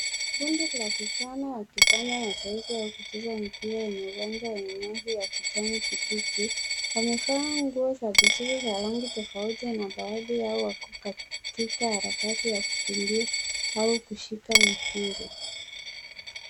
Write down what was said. Kundi la vijana wakifanya mazoezi au wakicheza mpira kwenye uwanja wenye nyasi wa kijani kibichi wameshona nguo za rangi tofauti baadhi yao wako katika harakati ya kukimbia au kushika mpira.